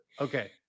Okay